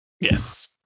Yes